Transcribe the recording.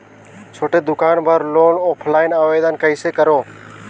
छोटे दुकान बर लोन ऑफलाइन आवेदन कइसे करो?